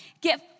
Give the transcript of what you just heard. get